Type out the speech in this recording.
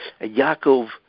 Yaakov